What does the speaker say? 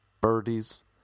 birdies